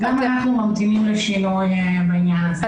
גם אנחנו ממתינים לשינוי בעניין הזה.